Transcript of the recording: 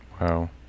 Wow